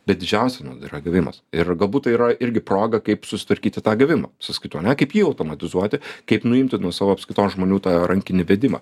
bet didžiausia nauda yra gavimas ir galbūt tai yra irgi proga kaip susitvarkyti tą gavimą sąskaitų ane kaip jį automatizuoti kaip nuimti nuo savo apskaitos žmonių tą rankinį vedimą